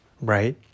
right